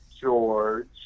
George